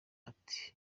ati